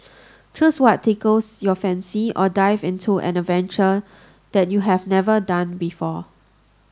choose what tickles your fancy or dive into an adventure that you have never done before